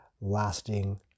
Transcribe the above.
lasting